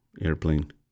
airplane